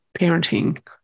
parenting